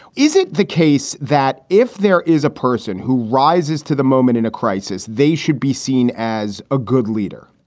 is it the case that if there is a person who rises to the moment in a crisis, they should be seen as a good leader?